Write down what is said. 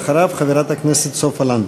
אחריו, חברת הכנסת סופה לנדבר.